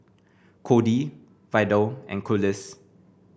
Kody Vidal and Collis